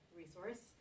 resource